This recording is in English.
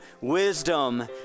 wisdom